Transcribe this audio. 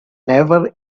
never